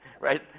right